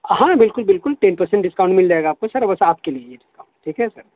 ہاں بالکل بالکل ٹین پرسین ڈسکاؤنٹ مل جائے گا آپ کو سر بس آپ کے لیے ٹھیک ہے سر